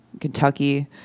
Kentucky